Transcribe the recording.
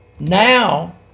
Now